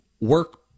work